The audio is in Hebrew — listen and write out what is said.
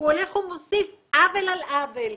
הוא הולך ומוסיף עוול על עוול.